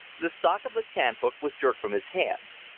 the stock of the cant-hook was jerked from his hands.